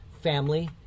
family